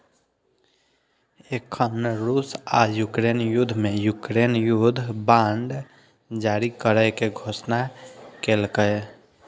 एखन रूस आ यूक्रेन युद्ध मे यूक्रेन युद्ध बांड जारी करै के घोषणा केलकैए